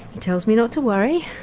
he tells me not to worry,